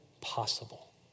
possible